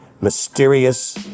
mysterious